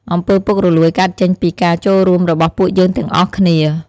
អំពើពុករលួយកើតចេញពីការចូលរួមរបស់ពួកយើងទាំងអស់គ្នា។